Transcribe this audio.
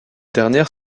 dernière